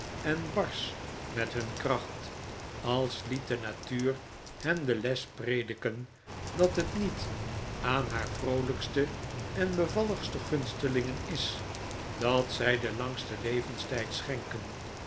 en barsch met hun kracht als liet de natuur hen de les prediken dat het niet aan haar vroolijkste en bevalligste gunstelingen is dat zij den langsten levenstijd schenkt